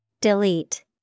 Delete